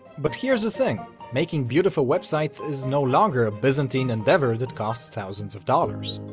but here's the thing making beautiful websites is no longer a byzantine endeavor that costs thousands of dollars.